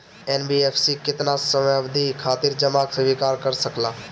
NBFC केतना समयावधि खातिर जमा स्वीकार कर सकला?